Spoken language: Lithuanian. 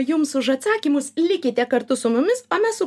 jums už atsakymus likite kartu su mumis o mes su